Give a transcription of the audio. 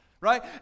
right